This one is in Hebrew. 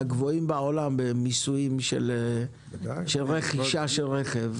מהגבוהים בעולם במיסוי של רכישה של רכב.